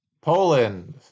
Poland